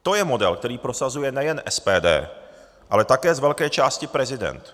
To je model, který prosazuje nejen SPD, ale také z velké části prezident.